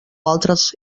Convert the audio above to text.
altres